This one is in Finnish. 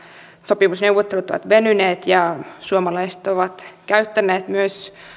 sopimusneuvottelut ovat venyneet ja suomalaiset ovat käyttäneet myös